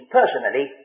personally